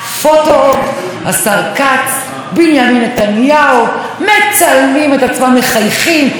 השר כץ ובנימין נתניהו מצלמים את עצמם מחייכים עם רב-קו.